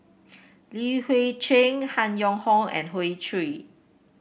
Li Hui Cheng Han Yong Hong and Hoey Choo